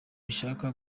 bishaka